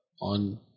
on